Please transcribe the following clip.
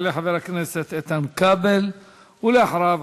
יעלה חבר הכנסת איתן כבל, ואחריו,